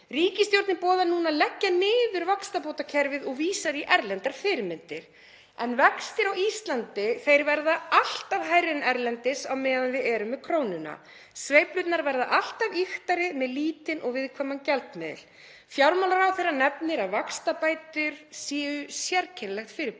Ríkisstjórnin boðar núna að leggja niður vaxtabótakerfið og vísar í erlendar fyrirmyndir en vextir á Íslandi verða alltaf hærri en erlendis á meðan við erum með krónuna. Sveiflurnar verða alltaf ýktari með lítinn og viðkvæman gjaldmiðil. Fjármálaráðherra nefnir að vaxtabætur séu sérkennilegt fyrirbæri.